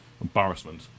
embarrassment